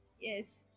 yes